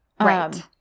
right